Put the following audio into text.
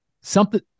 something-